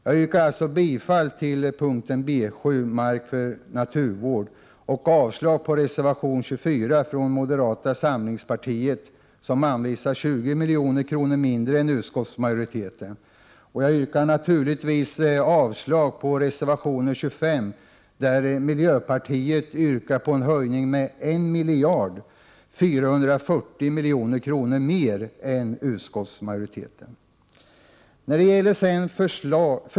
Jag yrkar bifall till utskottets hemställan under p. B7 Mark för naturvård och avslag på reservation 24 från moderata samlingspartiet, som anvisar 20 milj.kr. mindre än utskottsmajoriteten. Och jag yrkar naturligtvis avslag på reservation 25, där miljöpartiet yrkar på en höjning med 1 440 milj.kr. mer än utskottsmajoriteten.